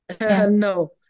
No